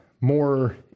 more